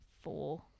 four